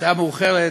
השעה מאוחרת,